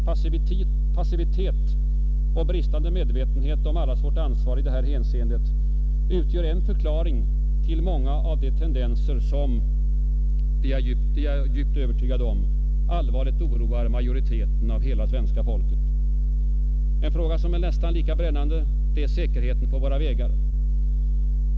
Passivitet och bristande medvetenhet om allas vårt ansvar i det hänseendet utgör en förklaring till många av de tendenser som — det är jag djupt övertygad om — allvarligt oroar majoriteten av vårt svenska folk. En fråga som är nästan lika brännande är säkerheten på våra vägar.